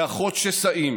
לאחות שסעים